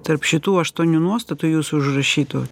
tarp šitų aštuonių nuostatų jūsų užrašytų